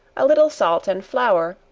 a little salt and flour,